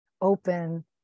open